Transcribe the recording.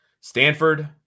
Stanford